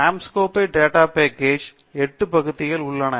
Anscombe data package 8 பத்திகள் உள்ளன